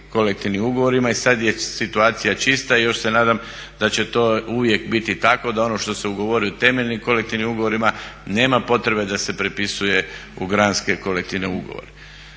kolektivnim ugovorima i sada je situacija čista i još se nadam da će to uvijek biti tako da ono što se ugovori u temeljnim kolektivnim ugovorima nema potrebe da se prepisuje u granske kolektivne ugovore.